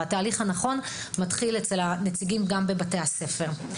והתהליך הנכון מתחיל בנציגים בבתי הספר.